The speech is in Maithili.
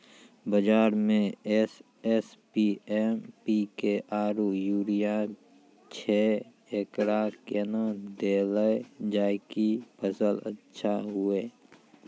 बाजार मे एस.एस.पी, एम.पी.के आरु यूरिया छैय, एकरा कैना देलल जाय कि फसल अच्छा हुये?